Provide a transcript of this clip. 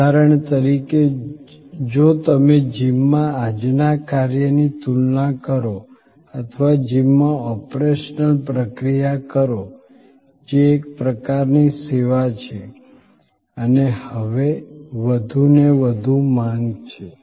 ઉદાહરણ તરીકે જો તમે જીમમાં આજના કાર્યની તુલના કરો અથવા જીમમાં ઓપરેશનલ પ્રક્રિયા કરો જે એક પ્રકારની સેવા છે અને હવે વધુને વધુ માંગ છે